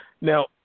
Now